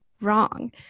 wrong